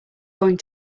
going